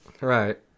right